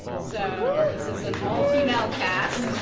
so this is an all female cast.